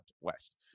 west